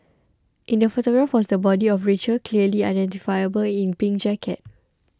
in the photograph was the body of Rachel clearly identifiable in pink jacket